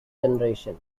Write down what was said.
generation